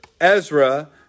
Ezra